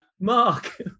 Mark